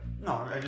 No